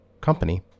Company